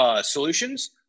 solutions